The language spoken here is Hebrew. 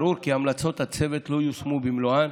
ברור כי המלצות הצוות לא יושמו במלואן,